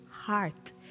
heart